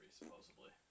supposedly